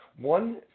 one